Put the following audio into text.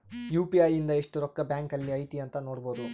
UPI ಇಂದ ಎಸ್ಟ್ ರೊಕ್ಕ ಬ್ಯಾಂಕ್ ಅಲ್ಲಿ ಐತಿ ಅಂತ ನೋಡ್ಬೊಡು